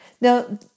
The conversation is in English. Now